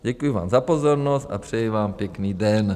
Děkuji vám za pozornost a přeji vám pěkný den.